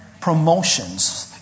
promotions